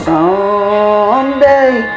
Someday